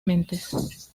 mentes